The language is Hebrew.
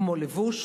כמו לבוש,